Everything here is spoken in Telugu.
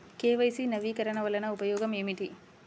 కే.వై.సి నవీకరణ వలన ఉపయోగం ఏమిటీ?